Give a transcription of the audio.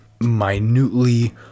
minutely